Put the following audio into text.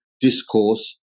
discourse